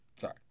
sorry